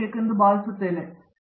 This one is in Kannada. ಪ್ರತಾಪ್ ಹರಿಡೋಸ್ ಸರಿ ಸರಿ